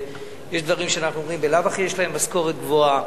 יש דברים שאנחנו אומרים: בלאו הכי יש להם משכורת גבוהה.